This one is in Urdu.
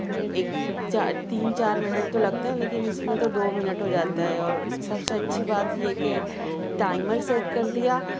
ایک چار تین چار منٹ تو لگتے ہیں لیکن اِس میں تو دو منٹ ہوجاتا ہے اور سب سے اچھی بات یہ ہے کہ ٹائمر سیٹ کردیا